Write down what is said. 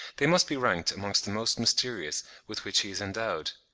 they must be ranked amongst the most mysterious with which he is endowed.